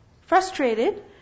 Frustrated